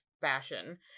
fashion